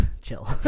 Chill